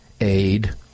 aid